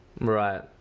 Right